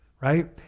right